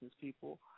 people